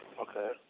Okay